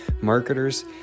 marketers